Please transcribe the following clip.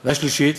והשלישית,